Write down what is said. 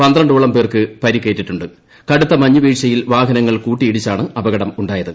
പന്ത്ര ാളം പേർക്ക് പരിക്കേറ്റിട്ടുമു കടുത്ത മഞ്ഞുവീഴ്ചയിൽ വാഹനങ്ങൾ കൂട്ടിയിടിച്ചാണ് അപകടമു ായത്